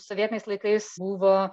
sovietiniais laikais buvo